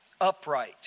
upright